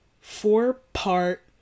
four-part